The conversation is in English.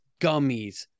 gummies